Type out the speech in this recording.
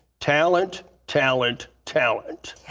talent, talent, talent.